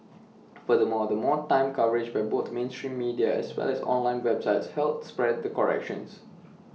furthermore more time coverage by both mainstream media as well as online websites help spread the corrections